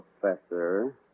professor